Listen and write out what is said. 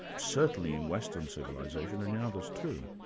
certainly in western civilisation, and in others too.